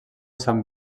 sant